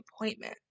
appointment